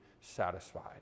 satisfied